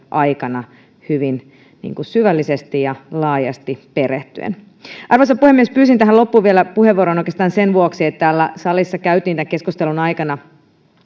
aikana hyvin syvällisesti ja laajasti perehtyen arvoisa puhemies pyysin tähän loppuun vielä puheenvuoron oikeastaan sen vuoksi että täällä salissa käytiin tämän keskustelun aikana